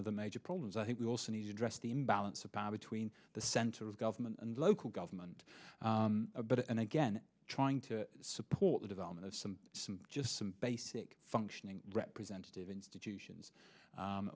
of the major problems i think we also need to address the imbalance of power between the center of government and local government and again trying to support the development of some some just some basic functioning representative institutions